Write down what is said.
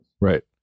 right